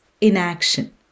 inaction